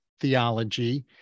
theology